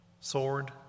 sword